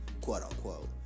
quote-unquote